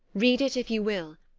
read it if you will,